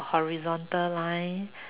horizontal line